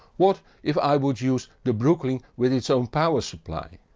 what if i would use the brooklyn with its own power supply?